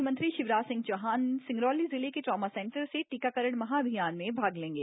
मुख्यमंत्री शिवराज सिंह चौहान सिंगरौली जिले के ट्रामा सेंटर से टीकाकरण महाअभियान में भाग लेंगे